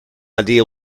idea